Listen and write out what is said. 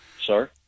sir